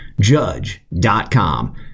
Judge.com